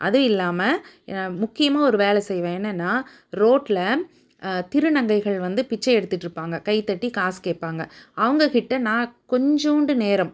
அதுவும் இல்லாமல் முக்கியமாக ஒரு வேலை செய்வேன் என்னென்னா ரோட்டில் திருநங்கைகள் வந்து பிச்சை எடுத்துட்டுருப்பாங்க கை தட்டி காசு கேட்பாங்க அவங்கக்கிட்ட நான் கொஞ்சோண்டு நேரம்